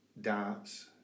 Darts